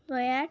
black